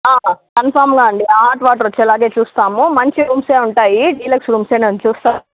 కన్ఫర్మ్గా అండి hot water వచ్చే లాగే చూస్తాము మంచి రూమ్సే ఉంటాయి డీలక్స్ రూమ్సే మేము చూస్తా